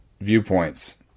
viewpoints